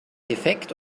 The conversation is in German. defekt